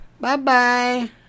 Bye-bye